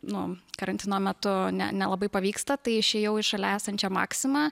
nu karantino metu ne nelabai pavyksta tai išėjau į šalia esančią maksimą